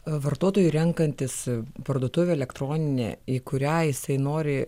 vartotojui renkantis parduotuvę elektroninę į kurią jisai nori